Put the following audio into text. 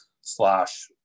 slash